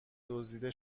دزدیده